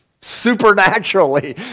supernaturally